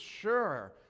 sure